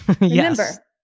remember